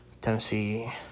Tennessee